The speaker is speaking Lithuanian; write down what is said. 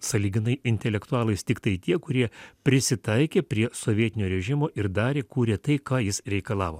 sąlyginai intelektualais tiktai tie kurie prisitaikė prie sovietinio režimo ir darė kūrė tai ką jis reikalavo